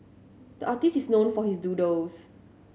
the artist is known for his doodles